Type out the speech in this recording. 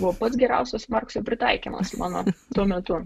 buvo pats geriausias markso pritaikymas mano tuo metu